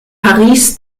paris